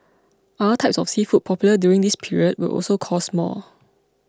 other types of seafood popular during this period will also cost more